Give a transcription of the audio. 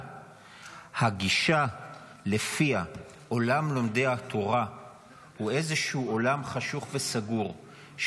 הגישה שלפיה עולם לומדי התורה הוא איזשהו עולם חשוך וסגור,